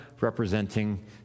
representing